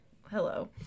Hello